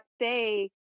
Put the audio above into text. say